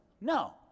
no